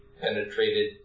penetrated